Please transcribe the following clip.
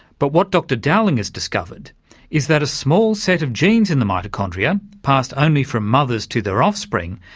but what dr dowling has discovered is that a small set of genes in the mitochondria, passed only from mothers to their offspring,